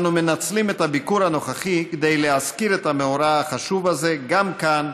אנו מנצלים את הביקור הנוכחי כדי להזכיר את המאורע החשוב הזה גם כאן,